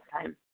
time